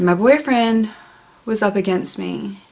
and my boyfriend was up against me